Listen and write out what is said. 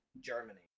Germany